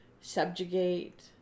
subjugate